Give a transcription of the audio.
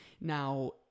Now